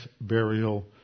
burial